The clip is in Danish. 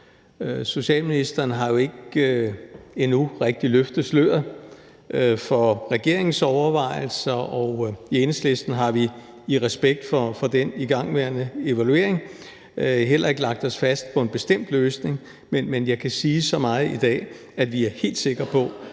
ældreministeren har jo endnu ikke rigtig løftet sløret for regeringens overvejelser, og i Enhedslisten har vi i respekt for den igangværende evaluering heller ikke lagt os fast på en bestemt løsning, men jeg kan sige så meget i dag, at vi er helt sikre på,